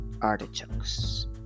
artichokes